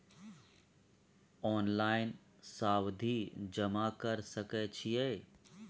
Online सावधि जमा कर सके छिये?